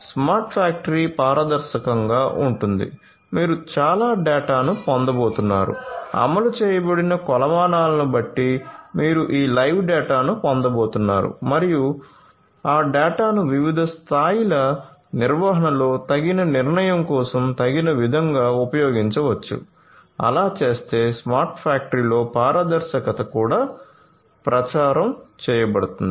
smart factory పారదర్శకంగా ఉంటుంది మీరు చాలా డేటాను పొందబోతున్నారు అమలు చేయబడిన కొలమానాలను బట్టి మీరు ఈ లైవ్ డేటాను పొందబోతున్నారు మరియు ఆ డేటాను వివిధ స్థాయిల నిర్వహణలో తగిన నిర్ణయం కోసం తగిన విధంగా ఉపయోగించవచ్చు అలా చేస్తే స్మార్ట్ ఫ్యాక్టరీలో పారదర్శకత కూడా ప్రచారం చేయబడుతుంది